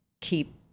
keep